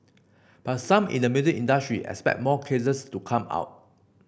but some in the music industry expect more cases to come out